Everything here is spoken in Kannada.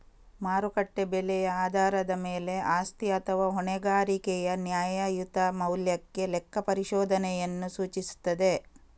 ಮಾರುಕಟ್ಟೆ ಬೆಲೆಯ ಆಧಾರದ ಮೇಲೆ ಆಸ್ತಿ ಅಥವಾ ಹೊಣೆಗಾರಿಕೆಯ ನ್ಯಾಯಯುತ ಮೌಲ್ಯಕ್ಕೆ ಲೆಕ್ಕಪರಿಶೋಧನೆಯನ್ನು ಸೂಚಿಸುತ್ತದೆ